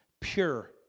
Pure